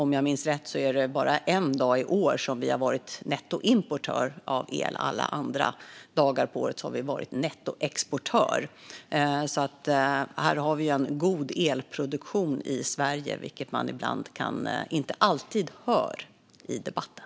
Om jag minns rätt är det bara en dag i år som vi har varit nettoimportör av el - alla andra dagar på året har vi varit nettoexportör. Vi har alltså en god elproduktion i Sverige, vilket man inte alltid hör i debatten.